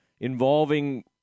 involving